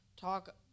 talk